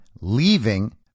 leaving